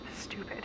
stupid